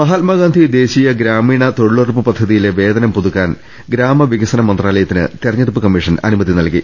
മഹാത്മാഗാന്ധി ദേശീയ ഗ്രാമീണ തൊഴിലുറപ്പ് പദ്ധതിയിലെ വേതനം പുതുക്കാൻ ഗ്രാമ വികസന മന്ത്രാലയത്തിന് തെരഞ്ഞെ ടുപ്പ് കമ്മീഷൻ അനുമതി നൽകി